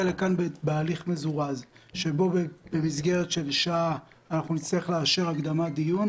לכאן בהליך מזורז שבמסגרת של שעה נצטרך לאשר הקדמת דיון,